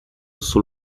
sul